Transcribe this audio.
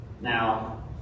Now